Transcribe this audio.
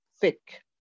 thick